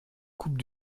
coupe